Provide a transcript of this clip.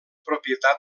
propietat